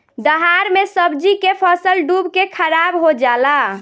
दहाड़ मे सब्जी के फसल डूब के खाराब हो जला